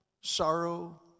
sorrow